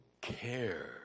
care